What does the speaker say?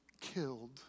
killed